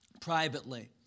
privately